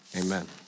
amen